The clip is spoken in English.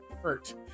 hurt